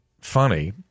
funny